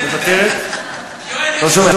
וואו, וואו,